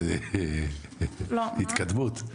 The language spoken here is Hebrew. זו התקדמות.